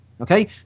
okay